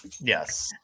Yes